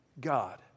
God